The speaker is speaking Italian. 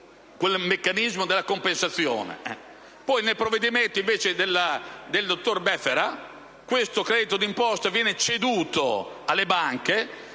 nei provvedimenti del dottor Befera questo credito d'imposta viene ceduto alle banche